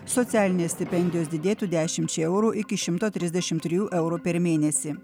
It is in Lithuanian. socialinės stipendijos didėtų dešimčia eurų iki šimto trisdešimt trijų eurų per mėnesį